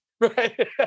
right